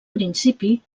principi